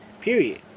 Period